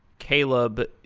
caleb,